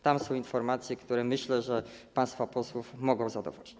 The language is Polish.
Tam są informacje, które jak myślę, państwa posłów mogą zadowolić.